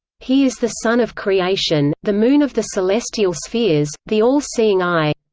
he is the sun of creation, the moon of the celestial spheres, the all-seeing eye.